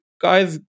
guys